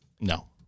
No